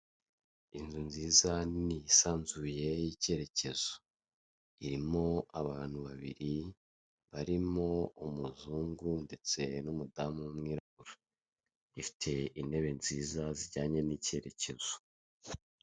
Inzu nziza nini yisanzuye y'icyerekezo, irimo abantu babiri barimo umuzungu ndetse n'umudamu w'umwirabura. Ifite intebe nziza zijyanye n'icyerekezo.